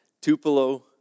Tupelo